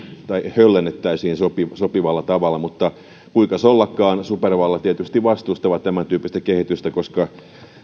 höllennettäisiin sopivalla tavalla mutta kuinkas ollakaan supervallat tietysti vastustavat tämäntyyppistä kehitystä koska turvallisuusneuvosto